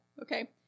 okay